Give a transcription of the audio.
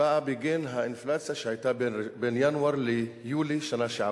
באה בגין האינפלציה שהיתה בין ינואר ליולי בשנה שעברה.